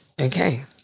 Okay